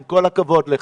עם כל הכבוד לך.